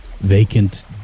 vacant